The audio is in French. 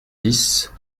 dix